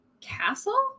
castle